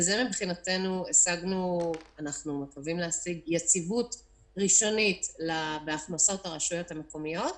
בזה אנחנו מקווים להשיג יציבות ראשונית בהכנסות לרשויות המקומיות.